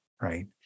right